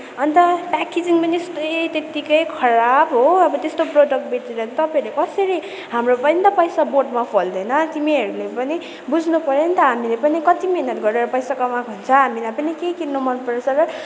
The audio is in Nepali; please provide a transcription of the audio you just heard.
अनि त प्याकेजिङ पनि यस्तै त्यत्तिकै खराब हो अब त्यस्तो प्रडक्ट बेचेर पनि तपाईँहरूले कसरी हाम्रो पनि त पैसा बोटमा फल्दैन तिमीहरूले पनि बुझ्नुपऱ्यो नि त हामीले पनि कत्ति मिहिनेत गरेर पैसा कमाएको हुन्छ हामीलाई पनि केही किन्नु मनपर्छ र